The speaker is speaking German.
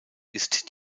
ist